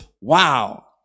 Wow